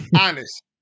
honest